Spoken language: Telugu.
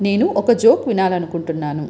నేను ఒక జోక్ వినాలనుకుంటున్నాను